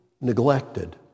neglected